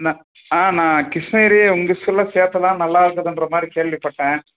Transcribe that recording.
நான் ஆ நான் கிருஷ்ணகிரி உங்கள் ஸ்கூலில் சேர்த்தலான்னு நல்லாயிருக்குதுன்ற மாதிரி கேள்விப்பட்டேன்